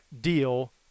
deal